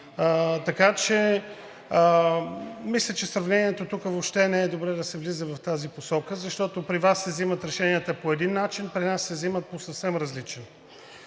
така че мисля, че сравнението тук въобще не е добре да се влиза в тази посока, защото при Вас се взимат решенията по един начин, при нас се взимат по съвсем различен.